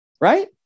right